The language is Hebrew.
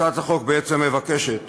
הצעת החוק בעצם מבקשת